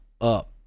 up